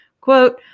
Quote